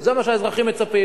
זה מה שהאזרחים מצפים.